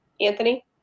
Anthony